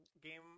game